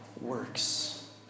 works